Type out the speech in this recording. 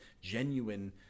genuine